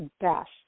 best